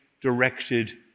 directed